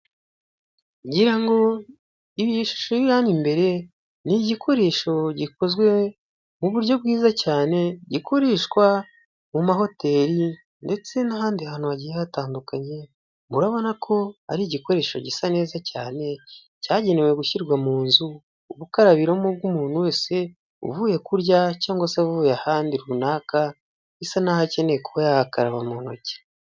ngira ngo iyi shusho iri hano imbere ni igikoresho gikozwe mu buryo bwiza cyane gikoreshwa mu ma hoteli ndetse n'ahadi hantu hagiye hatandukanye ,murabona ko ari igikoresho gisa neza cyane cyagenewe gushirwa mu nzu, ubukarabiromo bw'umuntu wese uvuye kurya cyangwa se avuye ahandi runaka bisa nk'aho akeneye kuba yakaraba mu ntoki.